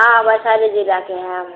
हाँ वैशाली जिला के है हम